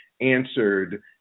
answered